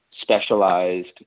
specialized